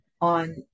on